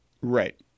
Right